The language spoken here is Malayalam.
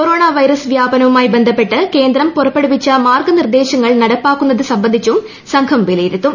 കൊറോണ വൈറസ് വ്യാപനവുമായി ബന്ധപ്പെട്ട് കേന്ദ്രം പുറപ്പെടുവിച്ച മാർഗ്ഗ നിർദ്ദേശങ്ങൾ നടപ്പാക്കുന്നത് സംബന്ധിച്ചും സംഘം വിലയിരുത്തും